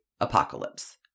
apocalypse